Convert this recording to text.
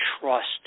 trust